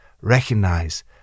recognize